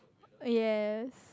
yes